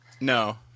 No